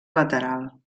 lateral